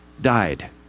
died